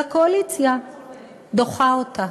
והקואליציה דוחה אותה.